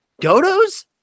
dodos